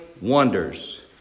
wonders